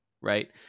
right